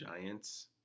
Giants